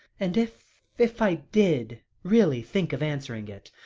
and if if i did really think of answering it,